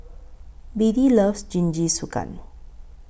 Beadie loves Jingisukan